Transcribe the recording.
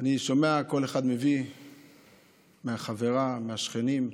שאני שומע שכל אחד מביא מהחברה, מהשכנים.